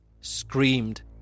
screamed